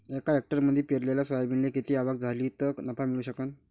एका हेक्टरमंदी पेरलेल्या सोयाबीनले किती आवक झाली तं नफा मिळू शकन?